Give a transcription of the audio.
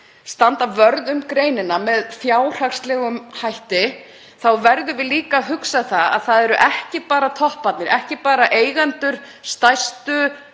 standa vörð um greinina fjárhagslega þá verðum við líka að huga að því að það séu ekki bara topparnir, ekki bara eigendur stærstu